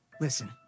Listen